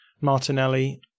Martinelli